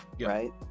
Right